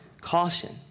caution